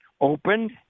opened